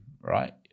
right